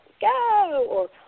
go